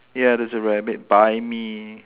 ya there's a rabbit buy me